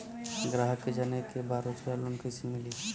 ग्राहक के जाने के बा रोजगार लोन कईसे मिली?